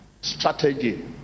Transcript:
strategy